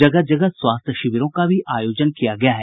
जगह जगह स्वास्थ्य शिविरों का भी आयोजन किया गया है